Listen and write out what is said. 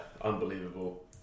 Unbelievable